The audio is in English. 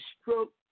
stroke